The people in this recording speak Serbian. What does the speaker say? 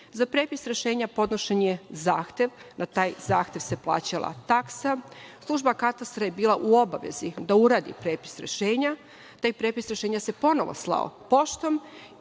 Za prepis rešenja podnošen je zahtev, na taj zahtev se plaćala taksa. Služba katastra je bila u obavezi da uradi prepis rešenja. Taj prepis rešenja se ponovo slao poštom